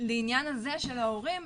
לעניין הזה של ההורים,